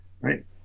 right